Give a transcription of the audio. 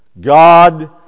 God